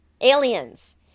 Aliens